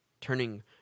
Turning